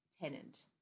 tenant